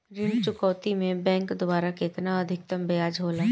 ऋण चुकौती में बैंक द्वारा केतना अधीक्तम ब्याज होला?